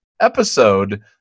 episode